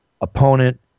opponent